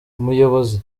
umuyobozi